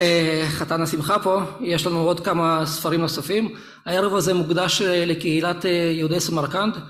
חתן השמחה פה יש לנו עוד כמה ספרים נוספים הערב הזה מוקדש לקהילת יהודי סמרקנד